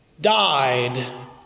died